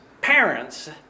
parents